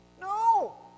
No